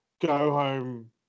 go-home